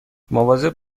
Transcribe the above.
مواظب